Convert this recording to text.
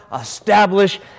establish